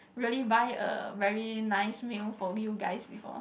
really buy a very nice meal for you guys before